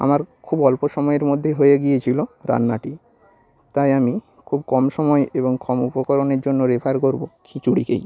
আমার খুব অল্প সময়ের মধ্যে হয়ে গিয়েছিল রান্নাটি তাই আমি খুব কম সময়ে এবং কম উপকরণের জন্য রেফার করবো খিচুড়িকেই